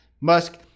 Musk